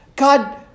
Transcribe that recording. God